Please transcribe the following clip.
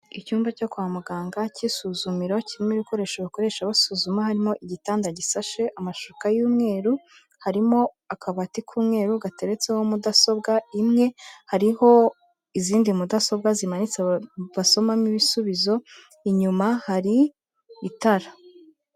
Icyumba cyo kwa muganga cy'isuzumiro, kirimo ibikoresho bakoresha basuzuma, harimo igitanda gisashe amashuka y'umweru, harimo akabati k'umweru gateretseho mudasobwa imwe, hariho izindi mudasobwa zimanitse basomamo ibisubizo, inyuma hari itara.